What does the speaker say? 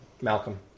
Malcolm